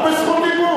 הוא ברשות דיבור.